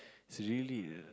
it's really ah